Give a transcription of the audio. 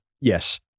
yes